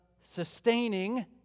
sustaining